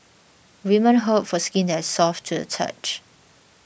women hope for skin that is soft to the touch